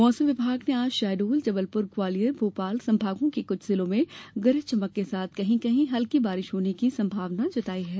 मौसम विभाग ने आज शहडोल जबलपुर ग्वालियर भोपाल संभागों के कुछ जिलों में गरज चमक के साथ कहीं कहीं हल्की बारिश होने की संभावना जताई है